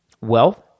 wealth